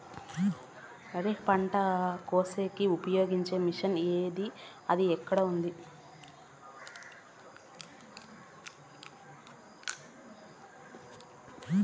వరి పంట కోసేకి ఉపయోగించే మిషన్ ఏమి అది ఎక్కడ ఉంది?